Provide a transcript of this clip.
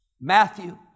Matthew